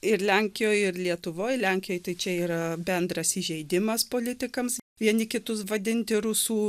ir lenkijoj ir lietuvoj lenkijoj tai čia yra bendras įžeidimas politikams vieni kitus vadinti rusų